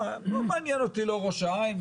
אנחנו יודעים שיש לנו 250 מתים מאורות רבין.